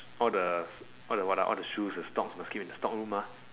all the all the what ah all the shoes the stocks must keep in stock room mah